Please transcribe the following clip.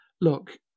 look